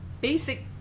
basic